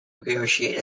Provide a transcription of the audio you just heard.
negotiate